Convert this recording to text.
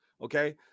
Okay